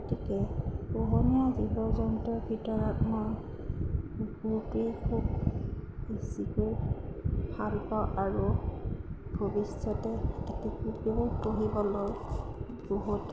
গতিকে পোহনীয়া জীৱ জন্তুৰ ভিতৰত মই কুকুৰটোৱে খুব বেছিকৈ ভালপাওঁ আৰু ভৱিষ্যতে এটি কুকুৰ পুহিবলৈ বহুত